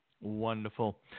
Wonderful